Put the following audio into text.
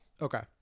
Okay